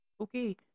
Okay